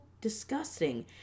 disgusting